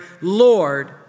Lord